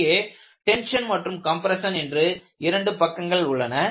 இங்கே டென்ஷன் மற்றும் கம்ப்ரெஷன் என்று இரண்டு பக்கங்கள் உள்ளன